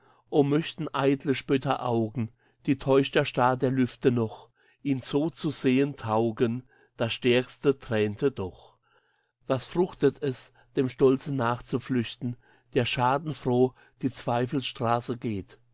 o möchten eitle spötteraugen die täuscht der star der lüfte noch ihn so zu setzen taugen das stärkste thränte doch was fruchtet es dem stolze nachzuflüchten der schadenfroh die zweifelsstraße geht